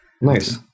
Nice